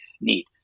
need